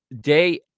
day